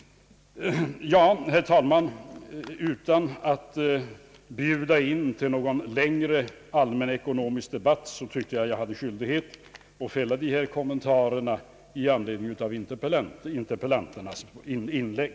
Herr talman! Utan att bjuda in till någon längre allmän ekonomisk debatt ansåg jag att jag hade skyldighet att göra dessa kommentarer med anledning av interpellanternas inlägg.